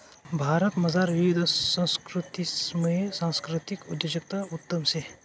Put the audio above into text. भारतमझार विविध संस्कृतीसमुये सांस्कृतिक उद्योजकता उत्तम शे